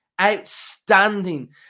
Outstanding